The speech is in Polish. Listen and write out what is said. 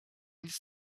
nic